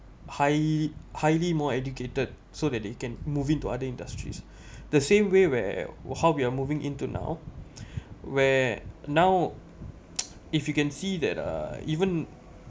highly highly more educated so that they can move into other industries the same way where how we're moving into now where now if you can see that uh even